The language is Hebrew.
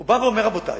הוא בא ואומר: רבותי,